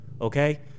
okay